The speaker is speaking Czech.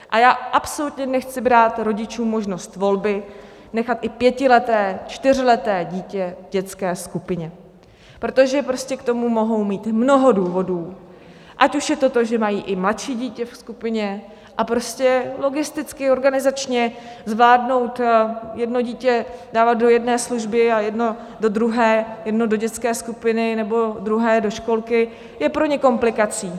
A já absolutně nechci brát rodičům možnost volby nechat i pětileté, čtyřleté dítě v dětské skupině, protože k tomu mohou mít mnoho důvodů, ať už je to to, že mají i mladší dítě ve skupině, a logisticky, organizačně zvládnout jedno dítě dávat do jedné služby a jedno do druhé, jedno do dětské skupiny, nebo druhé do školky, je pro ně komplikací.